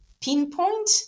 pinpoint